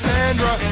Sandra